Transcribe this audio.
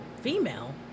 female